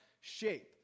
shape